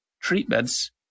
treatments